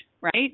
right